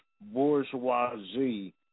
bourgeoisie